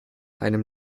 einem